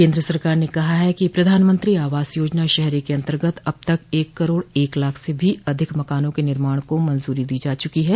केन्द्र सरकार ने कहा है कि प्रधानमंत्री आवास योजना शहरी के अंतर्गत अब तक एक करोड एक लाख से भी अधिक मकानों के निर्माण को मंजूरी दी जा चुकी है